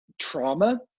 trauma